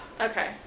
Okay